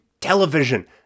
television